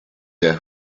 their